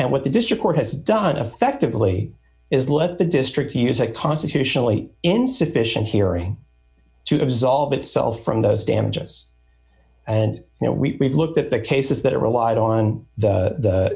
and what the district court has done effectively is let the district use a constitutionally insufficient hearing to absolve itself from those damages and now we look at the cases that are relied on the